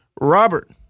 Robert